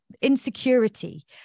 insecurity